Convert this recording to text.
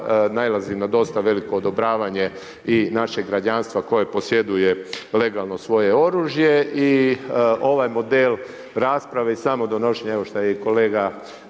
nalazi na dosta veliko odobravanje i našeg građanstva koje posjeduje legalno svoje oružje. I ovaj model rasprave i samodonošenje evo šta je i kolega